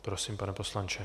Prosím, pane poslanče.